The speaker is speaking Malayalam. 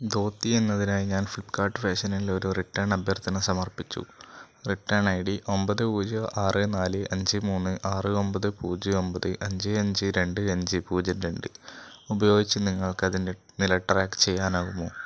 ധോതി എന്നതിനായി ഞാൻ ഫ്ലിപ്പ്കാർട്ട് ഫാഷനിൽ ഒരു റിട്ടേൺ അഭ്യർത്ഥന സമർപ്പിച്ചു റിട്ടേൺ ഐ ഡി ഒമ്പത് പൂജ്യം ആറ് നാല് അഞ്ച് മൂന്ന് ആറ് ഒമ്പത് അഞ്ച് അഞ്ച് രണ്ട് അഞ്ച് പൂജ്യം രണ്ട് ഉപയോഗിച്ചു നിങ്ങൾക്ക് അതിൻ്റെ നില ട്രാക്ക് ചെയ്യാനാകുമോ